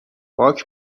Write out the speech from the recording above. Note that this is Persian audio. باک